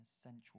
essential